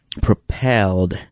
propelled